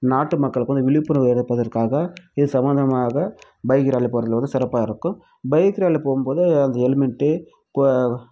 நாட்டு மக்களுக்கு வந்து விழிப்புணர்வு எடுப்பதற்காக இது சம்மந்தமாக பைக் ராலில போகிறது வந்து சிறப்பாக இருக்கும் பைக்கு ராலில போகும்போது அந்த ஹெல்மெட்டு போ